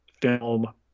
film